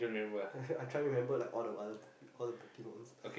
I trying remember like all the other all the pokemons